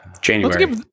january